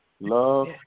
love